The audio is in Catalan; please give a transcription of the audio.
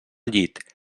llit